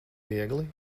viegli